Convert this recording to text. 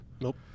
Nope